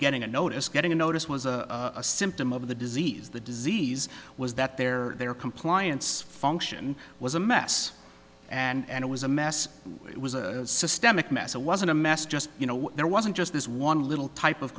getting a notice getting a notice was a symptom of the disease the disease was that their their compliance function was a mess and it was a mess it was a systemic mess it wasn't a mess just you know there wasn't just this one little type of